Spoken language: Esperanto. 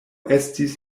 estis